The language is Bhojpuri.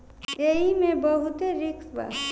एईमे बहुते रिस्क बा